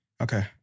Okay